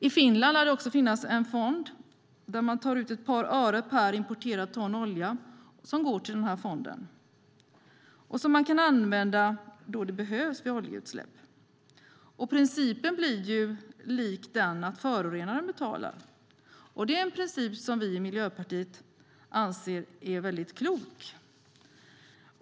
I Finland lär det finnas en fond där man tar ut ett par öre per importerat ton olja som går till fonden, och den kan man använda då det behövs vid oljeutsläpp. Principen blir lik den att förorenaren betalar, och det är en princip som vi i Miljöpartiet anser är väldigt klok.